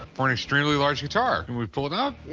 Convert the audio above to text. for an extremely large guitar. can we pull it out?